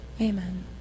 Amen